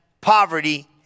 poverty